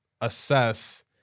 assess